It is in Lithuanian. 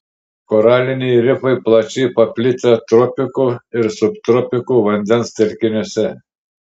koraliniai rifai plačiai paplitę tropikų ir subtropikų vandens telkiniuose